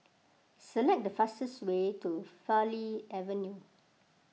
select the fastest way to Farleigh Avenue